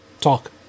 talk